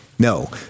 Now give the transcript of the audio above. No